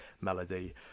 Melody